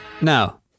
Now